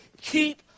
Keep